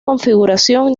configuración